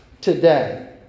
today